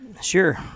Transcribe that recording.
Sure